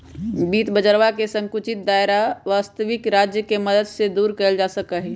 वित्त बाजरवा के संकुचित दायरा वस्तबिक राज्य के मदद से दूर कइल जा सका हई